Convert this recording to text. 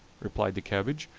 replied the cabbage,